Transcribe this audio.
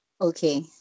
Okay